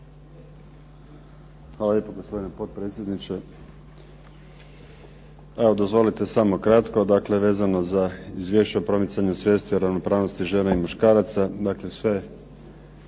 Hvala lijepo gospodine potpredsjedniče. Evo dozvolite samo kratko, dakle vezano za Izvješće o promicanju svijesti o ravnopravnosti žena i muškaraca. Dakle, sve